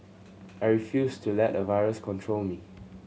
I refused to let a virus control me